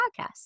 podcast